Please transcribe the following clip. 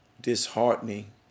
disheartening